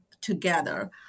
together